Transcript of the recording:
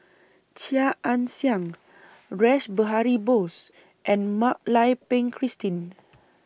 Chia Ann Siang Rash Behari Bose and Mak Lai Peng Christine